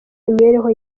imibereho